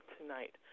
tonight